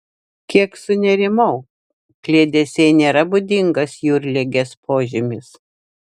kiek sunerimau kliedesiai nėra būdingas jūrligės požymis